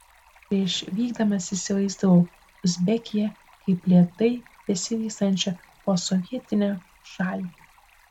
prieš vykdamas įsivaizdavau uzbekiją kaip lėtai besivystančią postsovietinę šalį